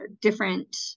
different